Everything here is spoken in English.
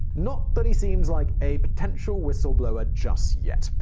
not that he seemed like a potential whistleblower just yet.